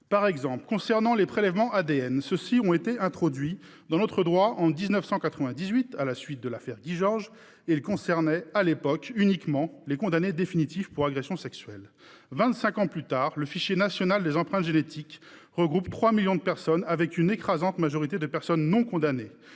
la fin des garde-fous. Les prélèvements ADN, par exemple, ont été introduits dans notre droit en 1998 à la suite de l'affaire Guy Georges et concernaient à l'époque uniquement les condamnés définitifs pour agression sexuelle. Vingt-cinq ans plus tard, le fichier national automatisé des empreintes génétiques répertorie 3 millions d'individus, avec une écrasante majorité de personnes non condamnées.